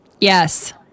Yes